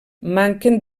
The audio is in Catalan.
manquen